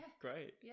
great